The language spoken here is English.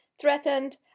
threatened